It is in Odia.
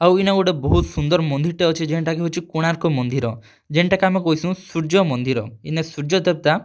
ଆଉ ଇନେ ଗୁଟେ ବହୁତ୍ ସୁନ୍ଦର୍ ମନ୍ଦିର୍ଟେ ଅଛେ ଯେନ୍ଟାକି ହେଉଛେ କୋଣାର୍କ ମନ୍ଦିର୍ ଯେନ୍ଟାକେ ଆମେ କହେସୁଁ ସୂର୍ଯ୍ୟ ମନ୍ଦିର୍ ଇନେ ସୂର୍ଯ୍ୟ ଦେବ୍ତା